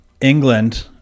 England